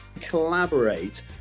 Collaborate